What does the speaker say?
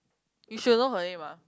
you should know her name ah